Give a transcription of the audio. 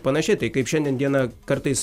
panašiai tai kaip šiandien dieną kartais